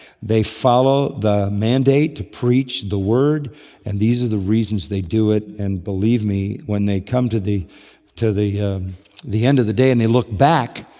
they follow the mandate to preach the word and these are the reasons they do it. and, believe me, when they come to the to the end of the day and they look back,